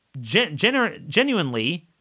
genuinely